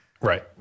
Right